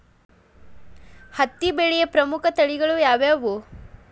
ಹತ್ತಿ ಬೆಳೆಯ ಪ್ರಮುಖ ತಳಿಗಳು ಯಾವ್ಯಾವು?